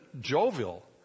jovial